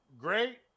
Great